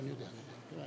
חברי